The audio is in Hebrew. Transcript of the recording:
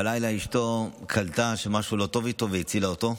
בלילה אשתו קלטה שמשהו לא טוב איתו והצילה אותו.